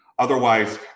Otherwise